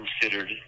considered